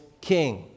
king